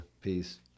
Peace